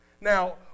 Now